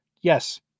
Yes